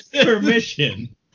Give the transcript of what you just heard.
permission